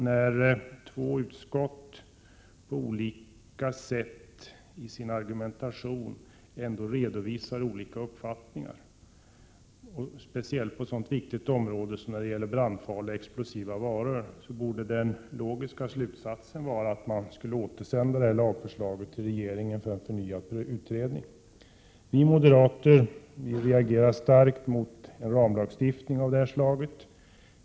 När två utskott i sin argumentation redovisar olika uppfattningar — speciellt när det gäller så viktiga saker som brandfarliga och explosiva varor — borde den logiska slutsatsen vara att lagförslaget återsänds till regeringen för förnyad utredning. Vi moderater reagerar starkt mot en ramlagstiftning av det här slaget.